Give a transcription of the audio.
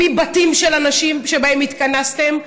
מבתים של אנשים שבהם התכנסתם,